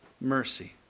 mercy